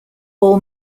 all